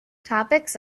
topics